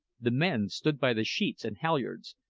the men stood by the sheets and halyards,